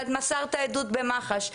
שמסרת עדות במח"ש,